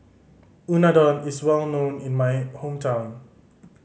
unadon is well known in my hometown